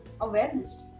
Awareness